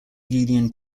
union